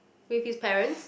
with his parents